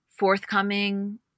forthcoming